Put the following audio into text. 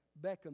Beckham